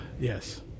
yes